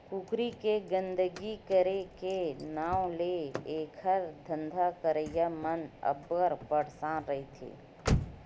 कुकरी के गंदगी करे के नांव ले एखर धंधा करइया मन अब्बड़ परसान रहिथे